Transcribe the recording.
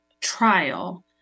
trial